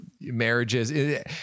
marriages